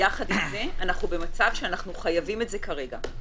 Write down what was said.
יחד עם זה, אנחנו במצב שאנחנו חייבים את זה כרגע.